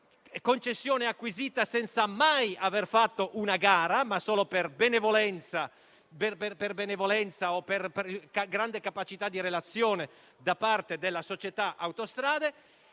concessione acquisita senza mai aver fatto una gara, ma solo per benevolenza o per grande capacità di relazione da parte della società Autostrade.